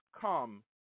come